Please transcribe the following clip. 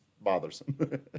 bothersome